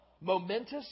momentous